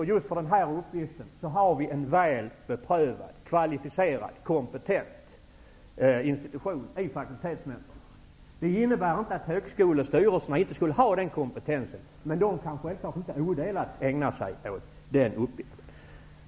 Just för den uppgiften finns det en väl beprövad, kvalificerad och kompetent institution i fakultetsnämnderna. Det innebär inte att högskolestyrelserna inte skulle ha den kompetensen. Men de kan självfallet inte odelat ägna sig åt den uppgiften.